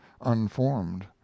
unformed